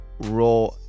raw